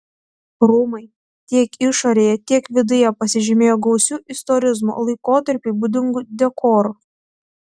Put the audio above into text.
rūmai tiek išorėje tiek viduje pasižymėjo gausiu istorizmo laikotarpiui būdingu dekoru